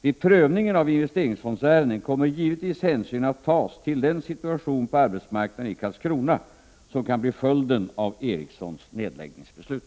Vid prövningen av investeringsfondsärenden kommer givetvis hänsyn att tas till den situation på arbetsmarknaden i Karlskrona som kan bli följden av Ericssons nedläggningsbeslut.